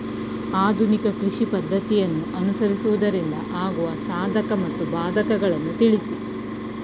ಆಧುನಿಕ ಕೃಷಿ ಪದ್ದತಿಯನ್ನು ಅನುಸರಿಸುವುದರಿಂದ ಆಗುವ ಸಾಧಕ ಮತ್ತು ಬಾಧಕಗಳನ್ನು ತಿಳಿಸಿ?